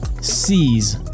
C's